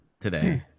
today